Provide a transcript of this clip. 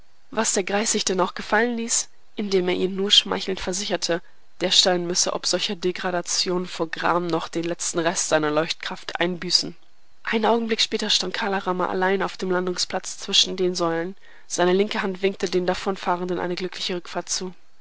was der greis sich denn auch gefallen ließ indem er ihr nur schmeichelnd versicherte der stein müsse ob solcher degradation vor gram noch den letzten rest seiner leuchtkraft einbüßen einen augenblick später stand kala rama allein auf dem landungsplatz zwischen den säulen seine linke hand winkte den davonfahrenden eine glückliche rückfahrt zu